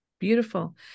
Beautiful